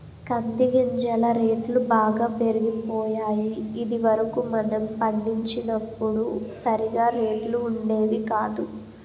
కంది గింజల రేట్లు బాగా పెరిగిపోయాయి ఇది వరకు మనం పండించినప్పుడు సరిగా రేట్లు ఉండేవి కాదు